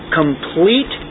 complete